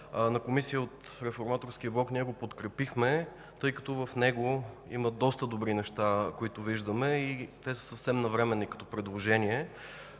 на Комисия ние, от Реформаторския блок, го подкрепихме, тъй като в него има доста добри неща, които виждаме, и те са съвсем навременни като предложения.